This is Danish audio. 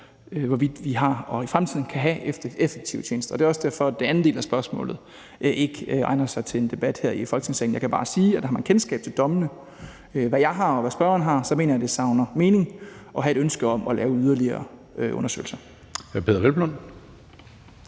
hvorvidt vi har og i fremtiden kan have effektive tjenester. Det er også derfor, at den anden del af spørgsmålet ikke egner sig til en debat her i Folketingssalen. Jeg kan bare sige, at har man kendskab til dommene, hvad jeg har og spørgeren har, så mener jeg , at det savner mening at have et ønske om at lave yderligere undersøgelser.